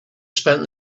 spent